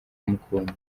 kumukunda